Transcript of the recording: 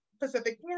Pacific